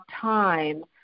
time